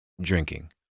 drinking